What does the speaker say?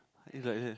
is like that